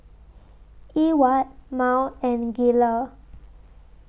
Ewart Mal and Gayle